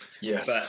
Yes